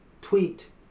tweet